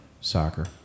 soccer